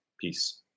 Peace